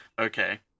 okay